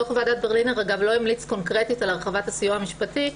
דוח ועדת ברלינר לא המליץ קונקרטית על הרחבת הסיוע המשפטי.